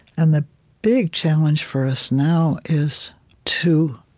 and the big challenge for us now is to